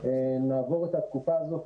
נעבור את התקופה הזאת,